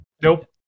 Nope